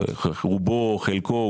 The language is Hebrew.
רובו או חלקו,